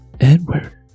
Edward